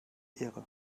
ehre